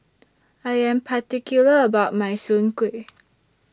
I Am particular about My Soon Kuih